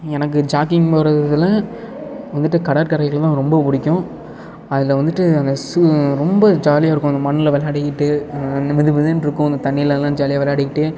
எனக்கு ஜாக்கிங் போறதில் வந்துட்டு கடற்கரைகள் தான் ரொம்ப பிடிக்கும் அதில் வந்துட்டு அந்த சு ரொம்ப ஜாலியாக இருக்கும் அந்த மண்ணில் விளையாடிக்கிட்டு அந்த மெது மெதுன்னு இருக்கும் அந்த தண்ணிலெலாம் ஜாலியாக விளையாடிக்கிட்டு